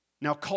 Now